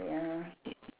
ya